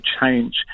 change